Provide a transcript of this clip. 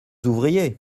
ouvriers